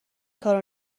کارو